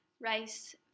rice